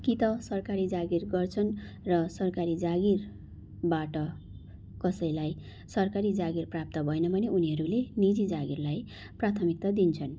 कि त सरकारी जागिर गर्छन् र सरकारी जागिरबाट कसैलाई सरकारी जागिर प्राप्त भएन भने उनीहरूले निजी जागिरलाई प्राथमिकता दिन्छन्